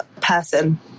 person